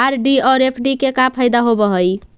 RD और FD के का फायदा होव हई?